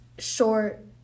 Short